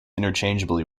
interchangeably